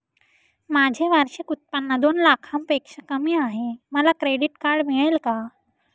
माझे वार्षिक उत्त्पन्न दोन लाखांपेक्षा कमी आहे, मला क्रेडिट कार्ड मिळेल का?